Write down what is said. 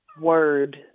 word